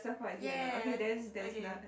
yes okay